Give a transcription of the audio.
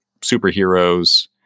superheroes